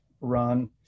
run